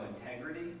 integrity